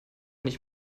nicht